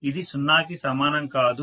ఇది 0 కి సమానం కాదు